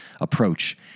approach